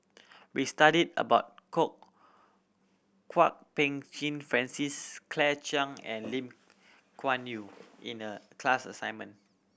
we studied about Kwok Peng Kin Francis Claire Chiang and Lim Kuan Yew in the class assignment